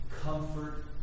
comfort